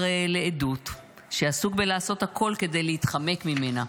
לעדות שהוא עסוק בלעשות הכול כדי להתחמק ממנה.